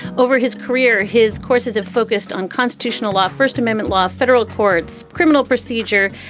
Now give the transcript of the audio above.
over his career, his courses have focused on constitutional law, first amendment law, federal courts, criminal procedure.